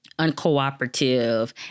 uncooperative